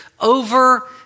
over